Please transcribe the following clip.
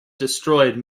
destroyed